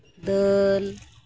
ᱫᱟᱹᱞ